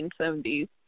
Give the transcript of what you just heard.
1970s